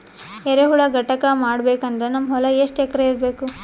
ಎರೆಹುಳ ಘಟಕ ಮಾಡಬೇಕಂದ್ರೆ ನಮ್ಮ ಹೊಲ ಎಷ್ಟು ಎಕರ್ ಇರಬೇಕು?